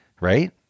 right